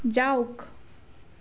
যাওক